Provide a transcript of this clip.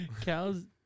Cows